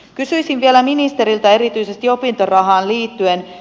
kysyisin vielä ministeriltä erityisesti opintorahaan liittyen